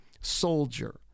soldier